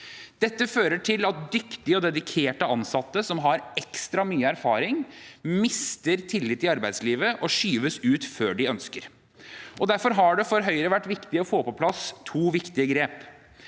Dette fører til at dyktige og dedikerte ansatte som har ekstra mye erfaring, mister tillit i arbeidslivet og skyves ut før de ønsker. Derfor har det for Høyre vært viktig å få på plass to viktige grep: